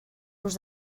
los